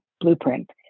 blueprint